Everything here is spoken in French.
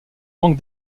manque